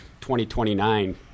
2029